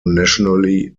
nationally